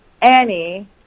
Annie